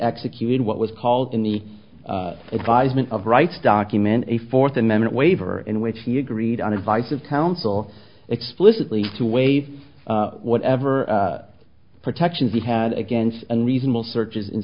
executed what was called in the advisement of rights document a fourth amendment waiver in which he agreed on advice of counsel explicitly to waive whatever protections he had against unreasonable searches and